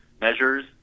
measures